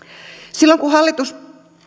silloin kun hallitus